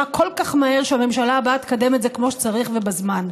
כל כך מהר שהממשלה הבאה תקדם את זה כמו שצריך ובזמן.